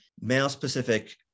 male-specific